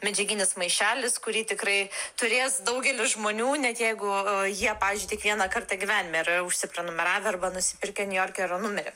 medžiaginis maišelis kurį tikrai turės daugelis žmonių net jeigu jie pavyzdžiui tik vieną kartą gyvenime yra užsiprenumeravę arba nusipirkę niujorke jo numerį